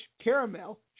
Caramel